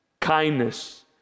kindness